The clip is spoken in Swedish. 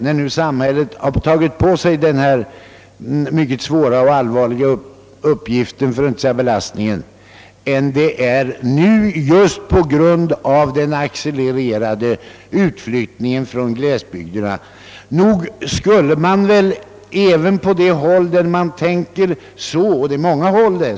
Denna uppgift — för att inte säga belastning — som samhället nu har tagit på sig blir så mycket allvarligare och svårare just på grund av den accelererade utflyttningen från glesbygderna. Den uppfattningen är företrädd på många håll.